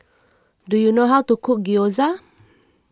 do you know how to cook Gyoza